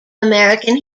american